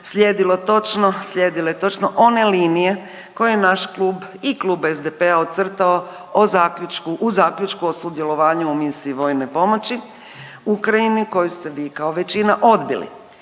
slijedile točno one linije koje je naš klub i klub SDP-a ocrtao u zaključku o sudjelovanju u misiji vojne pomoći Ukrajini koju ste vi kao većina odbili.